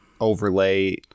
overlay